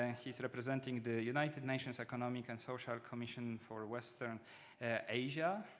and he's representing the united nations economic and social commission for western asia.